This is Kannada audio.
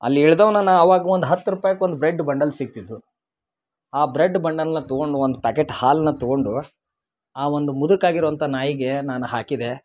ಅಲ್ಲಿ ಇಳಿದವ್ನ ನಾನು ಆವಾಗ ಒಂದು ಹತ್ತು ರೂಪಾಯ್ಗೆ ಒಂದು ಬ್ರೆಡ್ ಬಂಡಲ್ ಸಿಗ್ತಿದ್ವು ಆ ಬ್ರೆಡ್ ಬಂಡಲ್ನ ತಗೊಂಡು ಒಂದು ಪ್ಯಾಕೆಟ್ ಹಾಲನ್ನ ತಗೊಂಡು ಆ ಒಂದು ಮುದಕ್ಕೆ ಆಗಿರುವಂಥ ನಾಯಿಗೆ ನಾನು ಹಾಕಿದೆ